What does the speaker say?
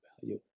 value